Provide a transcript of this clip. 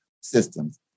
systems